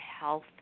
health